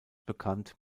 bekannt